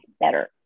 better